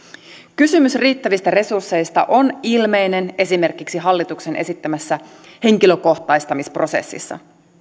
kysymys riittävistä resursseista on ilmeinen esimerkiksi hallituksen esittämässä henkilökohtaistamisprosessissa